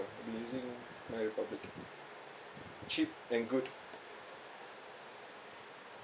I been using my republic cheap and good